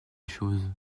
choses